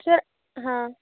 sir हाँ